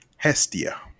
Hestia